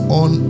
on